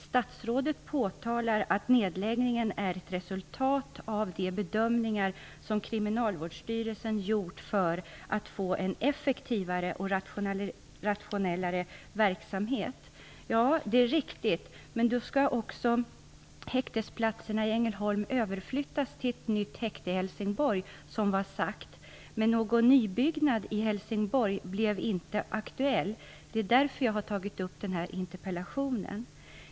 Statsrådet påpekar att nedläggningen är ett resultat av de bedömningar som Kriminalvårdsstyrelsen gjort för att få en effektivare och rationellare verksamhet. Det är riktigt, men då skall häktesplatserna också, som var sagt, överflyttas till ett nytt häkte i Helsingborg. Någon nybyggnad i Helsingborg blev dock inte aktuell, och det är därför som jag har framställt min interpellation.